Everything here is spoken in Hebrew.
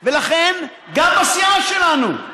ולכן, גם בסיעה שלנו,